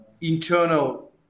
internal